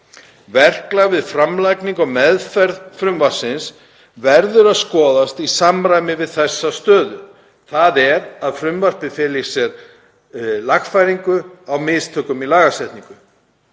Verklag við framlagningu og meðferð frumvarpsins verður að skoðast í samræmi við þessa stöðu, þ.e. að frumvarpið feli í sér lagfæringu á mistökum í lagasetningu.